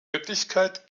wirklichkeit